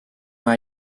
vaja